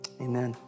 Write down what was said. amen